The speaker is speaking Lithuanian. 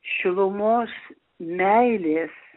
šilumos meilės